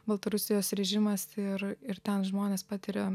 baltarusijos režimas ir ir ten žmonės patiria